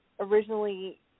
originally